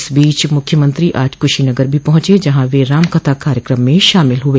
इस बीच मुख्यमंत्री आज कुशीनगर भी पहुंचे जहां वह रामकथा कार्यक्रम में शामिल हुए